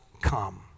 come